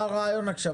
מה הרעיון עכשיו?